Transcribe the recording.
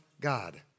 God